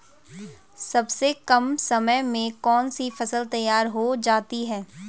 सबसे कम समय में कौन सी फसल तैयार हो जाती है?